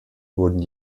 wurden